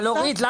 אתה